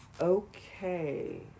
Okay